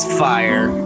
fire